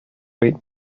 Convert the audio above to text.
weight